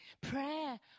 Prayer